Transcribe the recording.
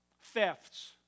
Thefts